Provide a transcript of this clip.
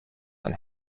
and